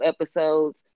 episodes